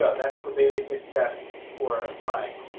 ah that's the basic steps for applying.